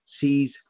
sees